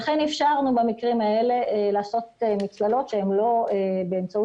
לכן במקרים האלה אפשרנו לעשות מצללות שהן לא באמצעות